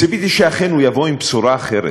ציפיתי שאכן, הוא יבוא עם בשורה אחרת,